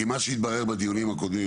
כי מה שהתברר בדיונים הקודמים,